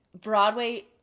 Broadway